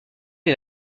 est